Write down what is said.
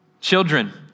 children